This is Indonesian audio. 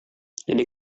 jadi